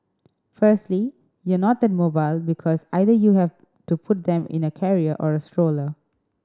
firstly you're not that mobile because either you have to put them in a carrier or a stroller